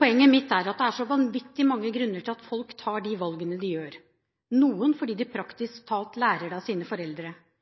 Poenget mitt er at det er så vanvittig mange grunner til at folk tar de valgene de gjør – noen fordi de praktisk talt lærer det av sine foreldre,